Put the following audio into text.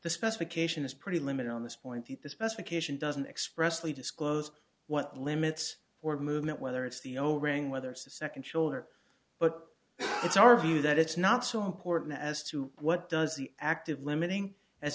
is pretty limited on this point the specification doesn't expressly disclose what limits or movement whether it's the o ring whether it's the second shoulder but it's our view that it's not so important as to what does the active limiting as